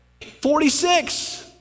Forty-six